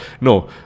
No